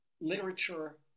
literature